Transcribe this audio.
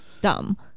dumb